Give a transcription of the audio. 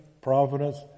providence